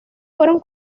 fueron